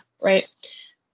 right